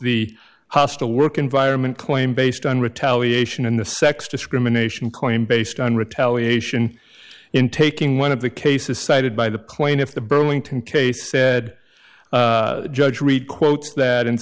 the hostile work environment claim based on retaliation in the sex discrimination claim based on retaliation in taking one of the cases cited by the plaintiff the burlington case said judge read quotes that